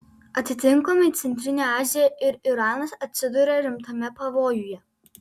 atitinkamai centrinė azija ir iranas atsiduria rimtame pavojuje